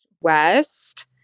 west